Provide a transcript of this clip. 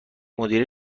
مدیره